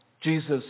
Jesus